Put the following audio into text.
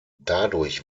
dadurch